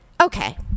Okay